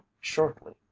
shortly